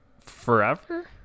forever